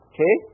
Okay